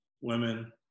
women